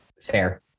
Fair